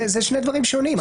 אלה שני דברים שונים.